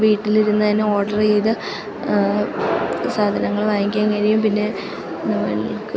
വീട്ടിലിരുന്നു തന്നെ ഓഡർ ചെയ്ത് സാധനങ്ങൾ വാങ്ങിക്കാൻ കഴിയും പിന്നെ നമ്മൾക്ക്